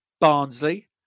Barnsley